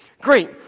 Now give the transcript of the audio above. Great